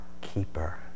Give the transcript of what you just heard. Keeper